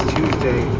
Tuesday